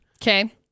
Okay